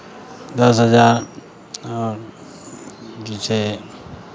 दस हजार जे छै